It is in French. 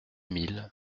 mille